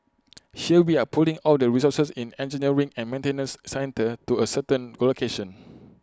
here we are pulling all the resources in engineering and maintenance centre to A certain location